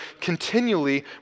continually